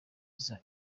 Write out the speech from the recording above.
iza